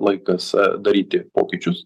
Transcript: laikas daryti pokyčius